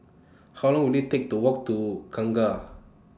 How Long Will IT Take to Walk to Kangkar